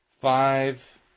five